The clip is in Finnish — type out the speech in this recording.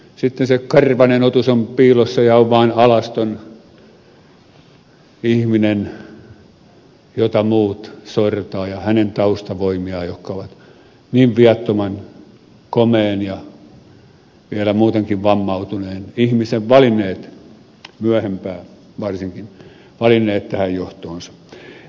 sitten se karvainen otus on piilossa ja on vaan alaston ihminen jota muut sortavat ja hänen taustavoimiaan jotka ovat niin viattoman komean ja vielä muutenkin vammautuneen ihmisen valinneet myöhempään varsinkin tähän johtoonsa